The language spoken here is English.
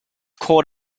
court